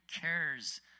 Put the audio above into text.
cares